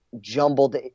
jumbled